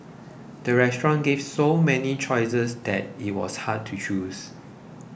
the restaurant gave so many choices that it was hard to choose